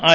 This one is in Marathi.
आय